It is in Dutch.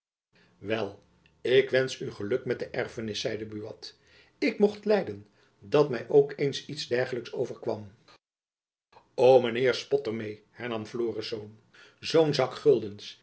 wel ik wensch u geluk met de erfenis zeide buat ik mocht lijden dat my ook eens iets dergelijks overkwam ho mijn heer spot er meê hernam florisz zoo'n zak